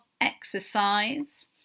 exercise